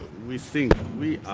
we think we